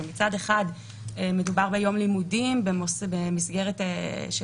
מצד אחד מדובר ביום לימודים במסגרת של